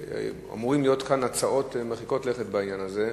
ואמורות להיות כאן הצעות מרחיקות לכת בעניין הזה,